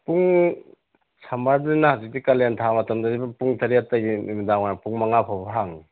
ꯄꯨꯡ ꯁꯃꯔꯗꯅ ꯍꯧꯖꯤꯛꯇꯤ ꯀꯥꯂꯦꯟ ꯊꯥ ꯃꯇꯝꯗꯗꯤ ꯑꯗꯨꯝ ꯄꯨꯡ ꯇꯔꯦꯠ ꯇꯒꯤ ꯅꯨꯃꯤꯗꯥꯡ ꯋꯥꯏꯔꯝ ꯄꯨꯡ ꯃꯉꯥ ꯐꯥꯎꯕ ꯍꯥꯡꯉꯤ